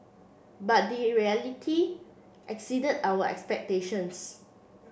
but the reality exceeded our expectations